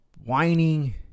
whining